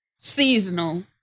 Seasonal